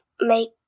make